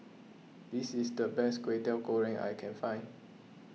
this is the best Kwetiau Goreng I can find